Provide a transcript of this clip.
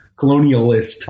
colonialist